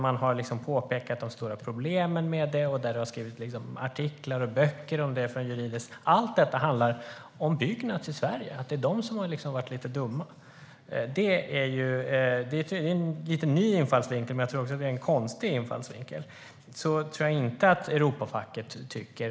Man har påpekat de stora problemen med detta, och det har skrivits artiklar och böcker från juridiskt perspektiv. Det är lite speciellt att Kristdemokraterna menar att allt detta handlar om Byggnads i Sverige, att det är de som har varit lite dumma. Det är lite av en ny infallsvinkel, men det är också en konstig infallsvinkel. Så tror jag inte att Europafacket tycker.